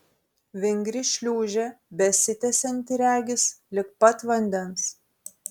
vingri šliūžė besitęsianti regis lig pat vandens